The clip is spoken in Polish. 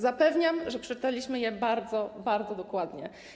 Zapewniam, że przeczytaliśmy ją bardzo, bardzo dokładnie.